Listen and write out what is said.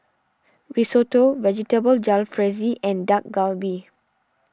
Risotto Vegetable Jalfrezi and Dak Galbi